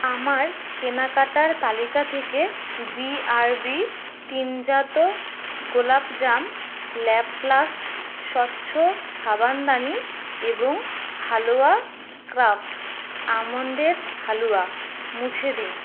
আমার কেনাকাটার তালিকা থেকে জিআরবি টিনজাত গোলাপজাম ল্যাপ্লাস্ট স্বচ্ছ সাবানদানি এবং হালওয়া ক্র্যাফট আমন্ডের হালুয়া মুছে দিন